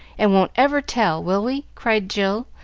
and won't ever tell, will we? cried jill,